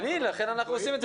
גם לכן אנחנו עושים את זה פה.